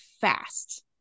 fast